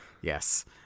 yes